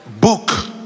book